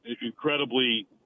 incredibly